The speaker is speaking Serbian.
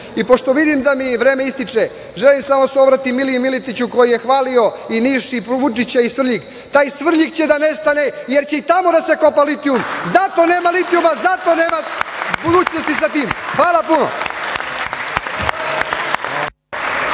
i pošto vidim da mi vreme ističe, želim da se obratim Miliji Miletiću koji je hvalio i Niš i Vučića i Svrljig, i taj Svrljig će da nestane i tamo će da se kopa litijum i zato nema litijuma i zato nema budućnosti sa tim. Hvala puno.